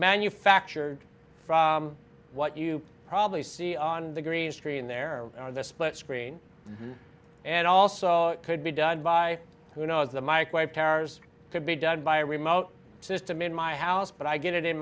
manufactured from what you probably see on the green screen there is a split screen and also could be done by who knows the microwave carriers could be done by a remote system in my house but i get it in